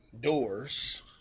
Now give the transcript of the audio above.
doors